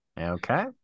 Okay